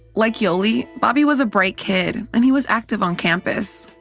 like yoli, bobby was a bright kid, and he was active on campus.